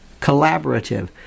collaborative